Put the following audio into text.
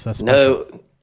No